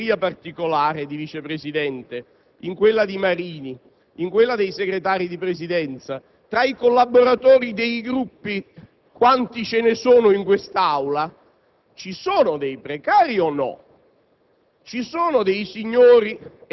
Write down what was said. Signor Presidente, nella sua segreteria particolare, in quelle del presidente Marini e dei Segretari di Presidenza, tra i collaboratori dei Gruppi quanti ce ne sono in quest'Aula, ci sono dei precari o no?